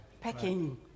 Packing